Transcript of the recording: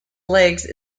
legs